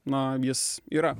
na jis yra